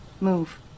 move